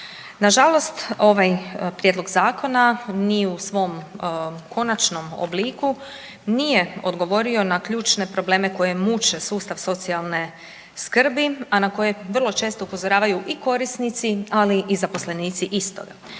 Nažalost ovaj prijedlog zakona ni u svom konačnom obliku nije odgovorio na ključne probleme koje muče sustav socijalne skrbi, a na koje često upozoravaju i korisnici, ali i zaposlenici istoga,